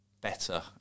better